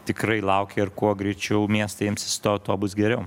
tikrai laukia ir kuo greičiau miestai imsis tuo tuo bus geriau